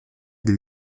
del